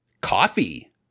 Coffee